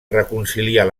reconciliar